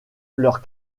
leur